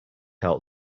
out